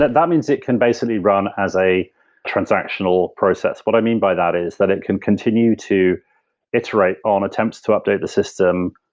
that that means it can basically run as a transactional process. what i mean by that is that it can continue to iterate on attempts to update the system,